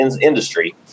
industry